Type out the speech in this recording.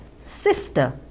Sister